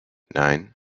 nine